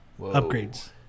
upgrades